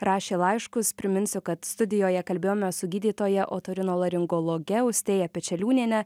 rašė laiškus priminsiu kad studijoje kalbėjomės su gydytoja otorinolaringologe austėja pečeliūniene